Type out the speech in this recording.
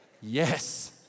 Yes